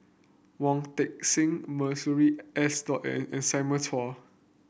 Wong Sing Masuri S N and Simon Chua